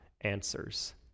answers